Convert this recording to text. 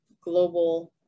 global